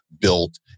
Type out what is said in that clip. built